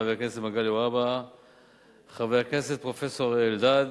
חבר הכנסת מגלי והבה וחבר הכנסת פרופסור אלדד,